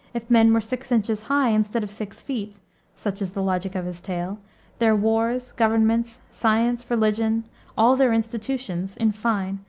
if men were six inches high instead of six feet such is the logic of his tale their wars, governments, science, religion all their institutions, in fine,